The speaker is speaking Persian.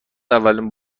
اولین